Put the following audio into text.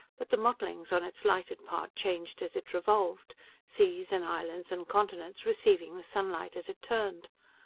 but the mottlings on its lighted part changed as it revolved seas and islands and continents receiving the sunlight as it turned.